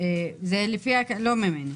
לא הממ"מ,